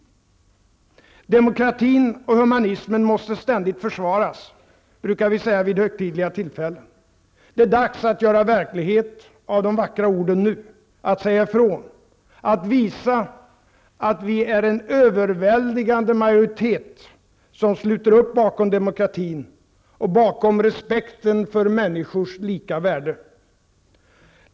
Demokratin och humanismen måste ständigt försvaras, brukar vi säga vid högtidliga tillfällen. Det är nu dags att göra verklighet av de vackra orden, att säga ifrån, att visa att vi är en överväldigande majoritet som sluter upp bakom demokratin och bakom respekten för människors lika värde.